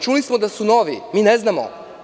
Čuli smo da su novi, to ne znamo.